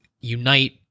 unite